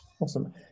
Awesome